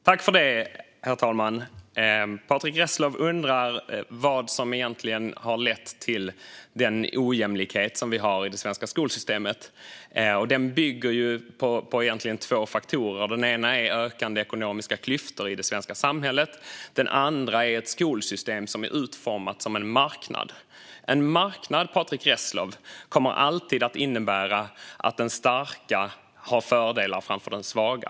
Herr talman! Patrick Reslow undrar vad som har lett till den ojämlikhet vi har i det svenska skolsystemet. Den bygger egentligen på två faktorer. Den ena är ökande ekonomiska klyftor i det svenska samhället. Den andra är ett skolsystem som är utformat som en marknad. En marknad, Patrick Reslow, kommer alltid att innebära att den starka har fördelar framför den svaga.